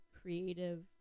creative